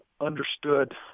understood